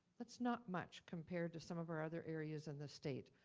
that's not much compared to some of our other areas in the state.